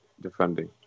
defending